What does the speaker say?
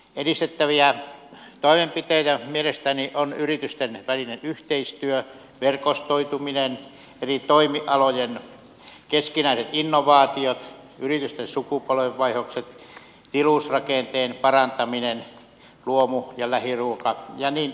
edistettäviä toimenpiteitä mielestäni ovat yritysten välinen yhteistyö verkostoituminen eri toimialojen keskinäiset innovaatiot yritysten sukupolvenvaihdokset tilusrakenteen parantaminen luomu ja lähiruoka ja niin edelleen